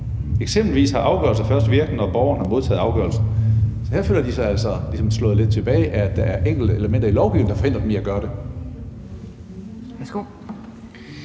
Eksempelvis har afgørelser først virkning, når borgeren har modtaget afgørelsen. Her føler de sig ligesom slået lidt tilbage af, at der er enkelte elementer i lovgivningen, der forhindrer dem i at gøre det. Kl.